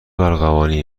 ارغوانی